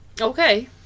Okay